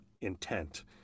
intent